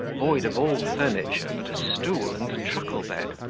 void of all furniture but a stool and a truckle-bed.